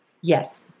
Yes